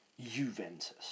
Juventus